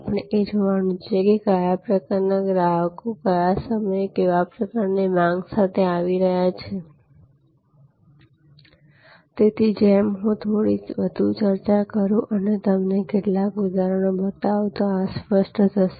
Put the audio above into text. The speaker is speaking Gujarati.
આપણે એ જોવાનું છે કે કયા પ્રકારના ગ્રાહકો કયા સમયે કેવા પ્રકારની માંગ સાથે આવી રહ્યા છે તેથી જેમ હું થોડી વધુ ચર્ચા કરું અને તમને કેટલાક ઉદાહરણ બતાવું તો આ સ્પષ્ટ થશે